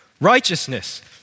Righteousness